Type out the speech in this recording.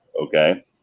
okay